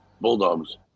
Bulldogs